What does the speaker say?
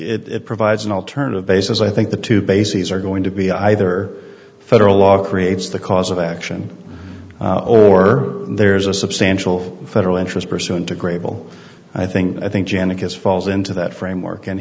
think it provides an alternative basis i think the two bases are going to be either federal law creates the cause of action or there's a substantial federal interest pursuant to grable i think i think janet has falls into that framework and